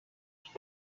ich